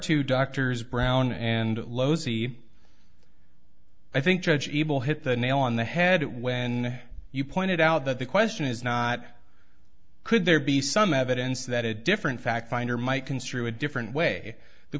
to doctors brown and low z i think judge evil hit the nail on the head when you pointed out that the question is not could there be some evidence that a different fact finder might construe a different way the